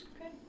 Okay